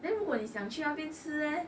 then 如果你想去那边吃 eh